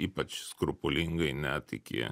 ypač skrupulingai net iki